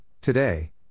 today